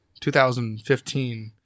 2015